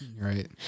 Right